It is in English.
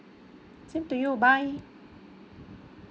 same to you bye